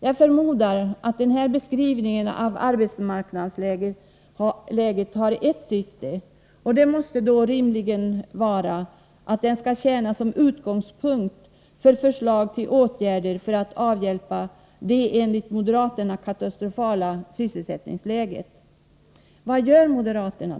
Jag förmodar att denna beskrivning av arbetsmarknadsläget har ett syfte, och detta måste rimligen vara att den skall tjäna som utgångspunkt för förslag till åtgärder för att avhjälpa detta enligt moderaterna katastrofala sysselsättningsläge. Vad gör då moderaterna?